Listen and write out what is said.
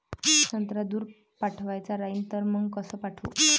संत्रा दूर पाठवायचा राहिन तर मंग कस पाठवू?